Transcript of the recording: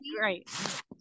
right